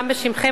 גם בשמכם,